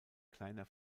kleiner